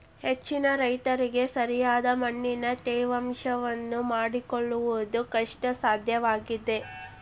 ಹೆಚ್ಚಿನ ರೈತರಿಗೆ ಸರಿಯಾದ ಮಣ್ಣಿನ ತೇವಾಂಶವನ್ನು ಮಾಡಿಕೊಳ್ಳವುದು ಕಷ್ಟಸಾಧ್ಯವಾಗಿದೆ